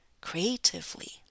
Creatively